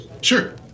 Sure